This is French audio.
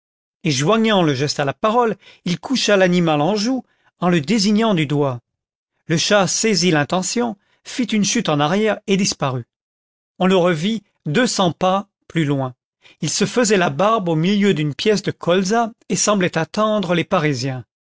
joignant le geste à la parole il coucha l'animal en joue en le désignant du doigt le chat saisit l'intention fit une chute en arrière et disparut content from google book search generated at on le revit deux cents pas plus loin il se faisait la barbe au milieu d'une pièce de colza et semblait attendre les parisiens